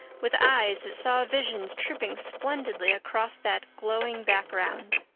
with eyes that saw visions trooping splendidly across that glowing background.